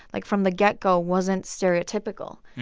like, from the get-go wasn't stereotypical.